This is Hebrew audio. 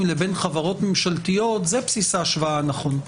לבין חברות ממשלתיות זה בסיס ההשוואה הנכון?